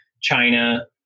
China